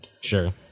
sure